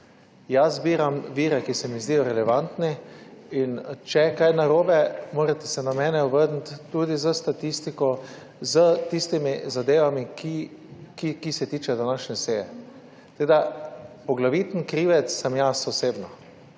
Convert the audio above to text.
jaz izbiram vire, ki se mi zdijo relevantni, in če je kaj narobe, morate se na mene obrniti tudi s statistiko, s tistimi zadevami, ki se tičejo današnje seje. Tako da, poglaviten krivec sem jaz osebno.